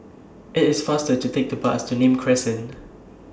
IT IS faster to Take The Bus to Nim Crescent